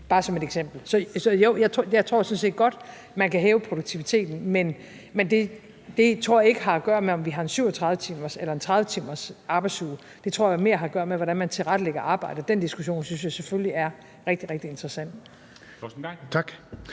Bare som et eksempel. Så jo, jeg tror sådan set godt, at man kan hæve produktiviteten, men det tror jeg ikke har at gøre med, om vi har en 37-timers- eller en 30-timersarbejdsuge. Det tror jeg mere har noget at gøre med, hvordan man tilrettelægger arbejdet. Den diskussion synes jeg selvfølgelig er rigtig, rigtig interessant.